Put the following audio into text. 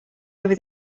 over